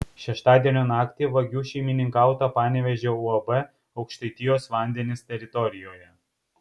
šeštadienio naktį vagių šeimininkauta panevėžio uab aukštaitijos vandenys teritorijoje